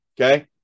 Okay